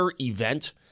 event